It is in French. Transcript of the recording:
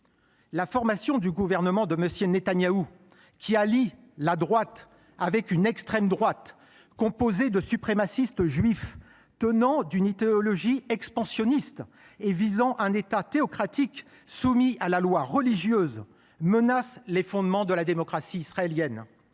La formation du gouvernement de M. Netanyahou, qui allie la droite avec une extrême droite composée de suprémacistes juifs, tenants d’une idéologie expansionniste et visant un État théocratique soumis à la loi religieuse, menace les fondements de la démocratie israélienne.